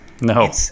No